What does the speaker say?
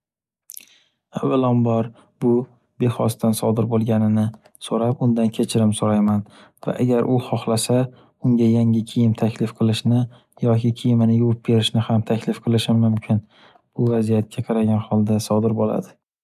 Avvalambor, bu behosdan sodir bo’lganini so’rab, undan kechirim so’rayman, va agar u xohlasa, unga yangi kiyim taklif qilishni yoki kiyimini yuvib berishni ham taklif qilishim mumkin. Bu vaziyatga qaragan holda sodir bo’ladi.